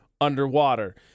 underwater